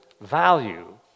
value